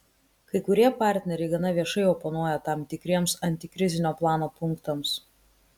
kai kurie partneriai gana viešai oponuoja tam tikriems antikrizinio plano punktams